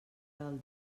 del